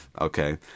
okay